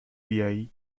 بیایی